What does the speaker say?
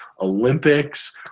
Olympics